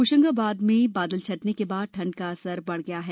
होशंदाबाद जिले में भी बादल छटने के बाद ठंड का असर बढ़ गया है